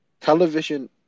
Television